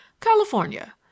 California